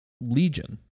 Legion